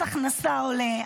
מס הכנסה עולה,